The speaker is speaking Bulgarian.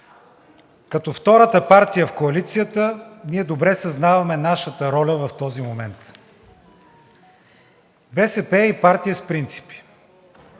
Като втората партия в коалицията ние добре съзнаваме нашата роля в този момент. БСП е и партия с принципи